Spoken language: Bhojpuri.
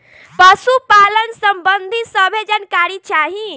पशुपालन सबंधी सभे जानकारी चाही?